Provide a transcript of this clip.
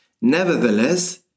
Nevertheless